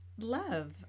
love